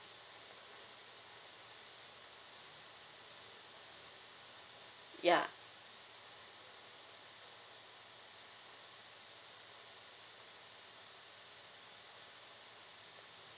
ya